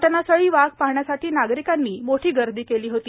घटनास्थळी वाघ पहाण्यासाठी नागरिकांनी मोठी गर्दी केली होती